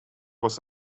was